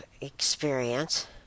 experience